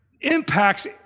impacts